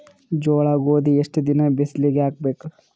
ಜೋಳ ಗೋಧಿ ಎಷ್ಟ ದಿನ ಬಿಸಿಲಿಗೆ ಹಾಕ್ಬೇಕು?